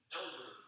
elder